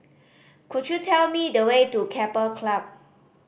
could you tell me the way to Keppel Club